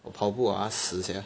我跑步啊死 sia